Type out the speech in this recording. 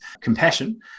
compassion